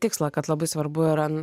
tikslą kad labai svarbu yra